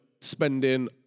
spending